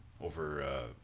over